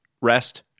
rest